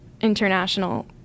International